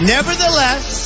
Nevertheless